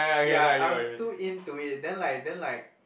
ya I was too into it then like then like